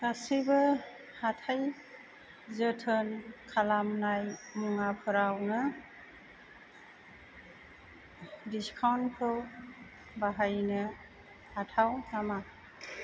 गासैबो हाथाय जोथोन खालामनाय मुवाफोरावनो डिसकाउन्टखौ बाहायनो हाथाव नामा